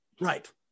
right